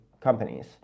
companies